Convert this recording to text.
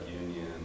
union